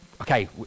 Okay